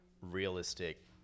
realistic